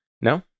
No